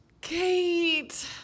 Kate